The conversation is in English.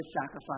sacrifice